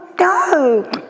No